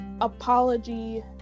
apology